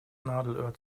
nadelöhr